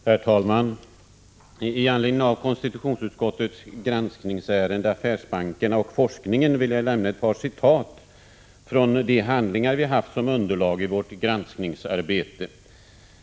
Herr talman! Med anledning av konstitutionsutskottets granskningsärende Affärsbankernas stöd till forskning vill jag lämna ett par citat från de handlingar som vi haft som underlag i vårt granskningsarbete.